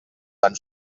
tan